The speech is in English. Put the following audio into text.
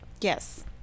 Yes